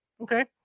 Okay